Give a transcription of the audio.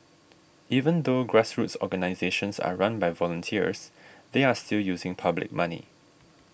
even though grassroots organisations are run by volunteers they are still using public money